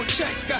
check